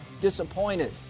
disappointed